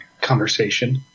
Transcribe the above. conversation